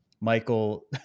Michael